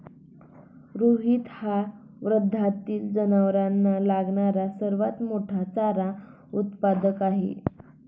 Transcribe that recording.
रोहित हा वर्ध्यातील जनावरांना लागणारा सर्वात मोठा चारा उत्पादक आहे